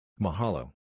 Mahalo